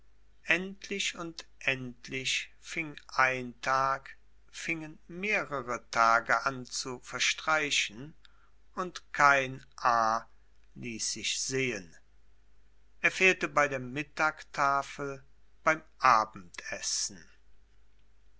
endlich und endlich fing ein tag fingen mehrere tage an zu verstreichen und kein a ließ sich sehen er fehlte bei der mittagtafel beim abendessen